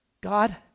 God